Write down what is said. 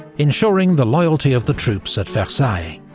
ensuring the loyalty of the troops at versailles.